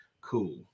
Cool